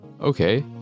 okay